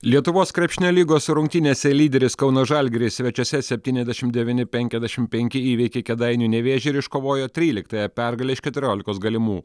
lietuvos krepšinio lygos rungtynėse lyderis kauno žalgiris svečiuose septyniasdešim devyni penkiasdešim penki įveikė kėdainių nevėžį ir iškovojo tryliktąją pergalę iš keturiolikos galimų